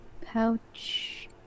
Pouch